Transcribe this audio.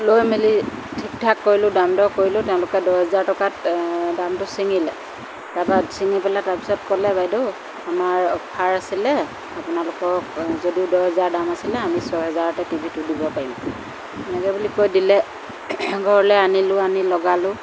লৈ মেলি ঠিক ঠাক কৰিলোঁ দাম দৰ কৰিলোঁ তেওঁলোকে দহ হাজাৰ টকাত দামটো চিঙিলে তাৰপৰা চিঙি পেলাই তাৰপিছত ক'লে বাইদেউ আমাৰ অ'ফাৰ আছিলে আপোনালোকক যদি দহ হাজাৰ দাম আছিলে আমি ছহেজাৰতে টিভিটো দিব পাৰিম এনেকৈ বুলি কৈ দিলে ঘৰলৈ আনিলো আনি লগালো